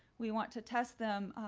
we want to test them.